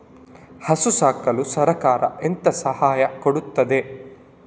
ಹಸು ಸಾಕಲು ಸರಕಾರ ಎಂತ ಸಹಾಯ ಕೊಡುತ್ತದೆ?